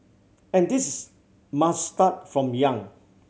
and this must start from young